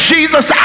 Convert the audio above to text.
Jesus